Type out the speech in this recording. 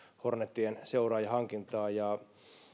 hornetien seuraajahankintaa